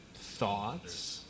Thoughts